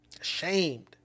ashamed